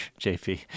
JP